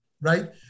Right